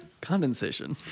Condensation